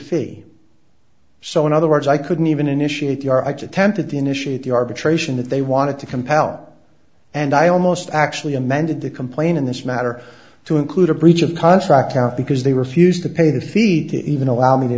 fee so in other words i couldn't even initiate the are tempted to initiate the arbitration that they wanted to compel and i almost actually amended the complaint in this matter to include a breach of contract count because they refused to pay the fee to even allow me to